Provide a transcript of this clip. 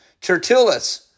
Tertullus